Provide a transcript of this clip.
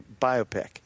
biopic